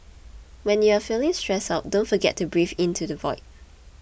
when you are feeling stressed out don't forget to breathe into the void